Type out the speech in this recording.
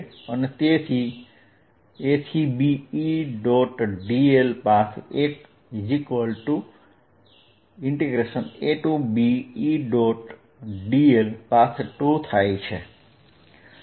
અને તેથી ABEdl | path 1 ABEdl | path 2 થશે